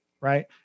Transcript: right